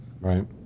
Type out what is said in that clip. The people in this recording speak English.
Right